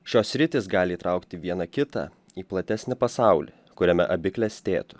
šios sritys gali įtraukti viena kitą į platesnį pasaulį kuriame abi klestėtų